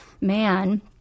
man